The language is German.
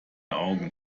augen